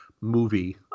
Movie